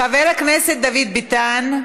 חבר הכנסת דוד ביטן,